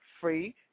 free